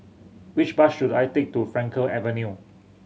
which bus should I take to Frankel Avenue